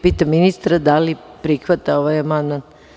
Pitam ministra da li prihvata ovaj amandman?